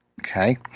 okay